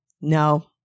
No